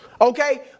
Okay